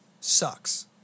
sucks